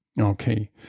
okay